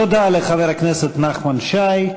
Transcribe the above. תודה לחבר הכנסת נחמן שי.